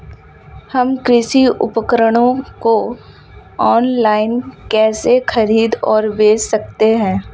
हम कृषि उपकरणों को ऑनलाइन कैसे खरीद और बेच सकते हैं?